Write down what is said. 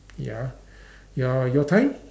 ya your your time